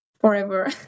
forever